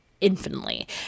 infinitely